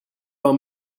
are